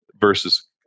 versus